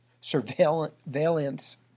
surveillance